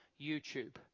YouTube